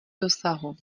dosahu